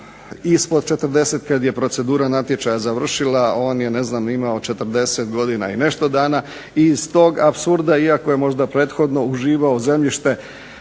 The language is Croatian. ispod 40 kada je procedura natječaja završila, on je imao 40 godina i nešto dana, iz tog apsurda iako je možda prethodno uživao zemljište